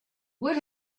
would